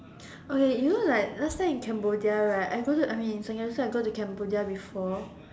okay you know like last time in Cambodia right I go to I mean secondary school I go to Cambodia before